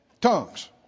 tongues